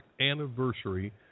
anniversary